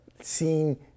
seeing